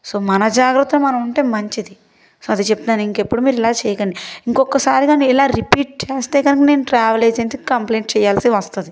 so మన జాగ్రత్తలో మనముంటే మంచిది సో అది చెప్తున్నాను ఇంకెప్పుడు మీరిలా చేయకండి ఇంకోక్కసారి కాని మీరిలా రిపీట్ చేస్తే కనుక నేను ట్రావెల్ ఏజెన్సీకి కంప్లయింట్ చెయ్యాల్సి వస్తుంది